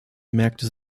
märkte